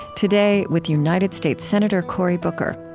today, with united states senator cory booker